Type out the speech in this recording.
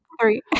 Three